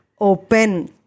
open